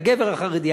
הגבר החרדי,